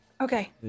Okay